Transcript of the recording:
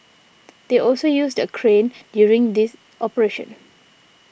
they also used a crane during this operation